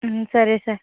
సరే సార్